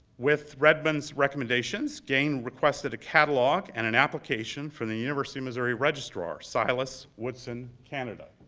with redmond's recommendations, gaines requested a catalog and an application from the university of missouri registrar, silas woodson canada.